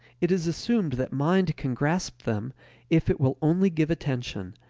it is assumed that mind can grasp them if it will only give attention,